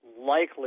likely